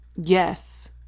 yes